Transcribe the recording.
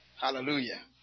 Hallelujah